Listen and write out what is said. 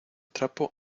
trapo